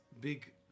big